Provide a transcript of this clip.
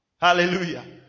Hallelujah